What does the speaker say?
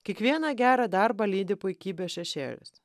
kiekvieną gerą darbą lydi puikybės šešėlis